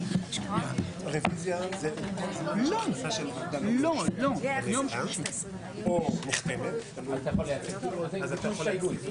הישיבה ננעלה בשעה 10:38.